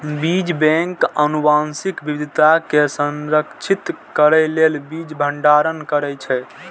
बीज बैंक आनुवंशिक विविधता कें संरक्षित करै लेल बीज भंडारण करै छै